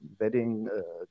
Wedding